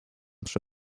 przy